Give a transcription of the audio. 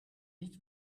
niet